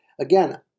again